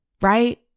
right